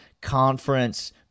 Conference